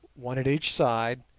one at each side,